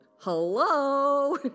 Hello